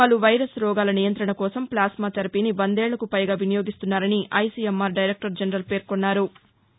వలు virus రోగాల నియంత్రణ కోసం ప్లాస్మా థెరఫీని వందేళ్లకు పైగా వినియోగిస్తున్నారని ఐసిఎంఆర్ డైరెక్టర్ జనరల్ పేర్కొన్నారు